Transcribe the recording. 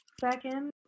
Second